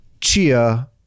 chia